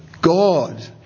God